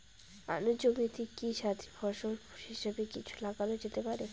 আলুর জমিতে কি সাথি ফসল হিসাবে কিছু লাগানো যেতে পারে?